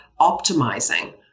optimizing